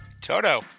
Toto